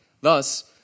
Thus